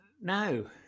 No